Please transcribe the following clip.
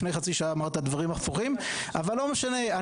לפני חצי שעה אמרת דברים הפוכים אבל לא משנה.